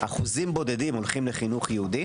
אחוזים בודדים הולכים לחינוך יהודי